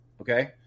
Okay